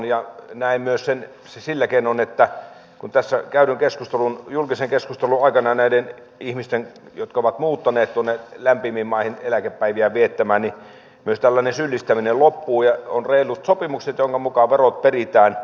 näen sen myös sillä tavalla että tässä käydyn julkisen keskustelun aikana näiden ihmisten jotka ovat muuttaneet tuonne lämpimiin maihin eläkepäiviään viettämään syyllistäminen myös loppuu ja on reilut sopimukset joiden mukaan verot peritään